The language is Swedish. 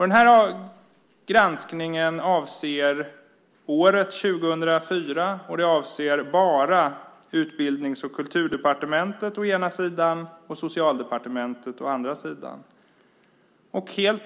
Den här granskningen avser året 2004, och den avser bara Utbildnings och kulturdepartementet å ena sidan och Socialdepartementet å andra sidan.